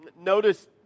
Notice